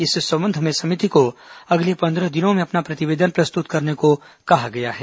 इस संबंध में समिति को अगले पन्द्रह दिनों में अपना प्रतिवेदन प्रस्तुत करने को कहा गया है